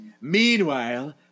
meanwhile